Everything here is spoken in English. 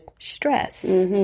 stress